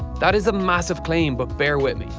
that is a massive claim, but bear with me.